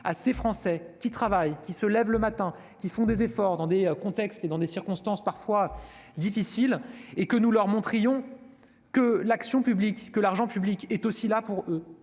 à ces Français qui travaillent, qui se lèvent le matin et qui font des efforts dans un contexte et dans des circonstances parfois difficiles. Nous devons leur montrer que l'action et l'argent public sont aussi là pour eux.